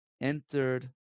entered